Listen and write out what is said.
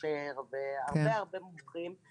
וככה ידעתם על האפשרות הזאת בכלל?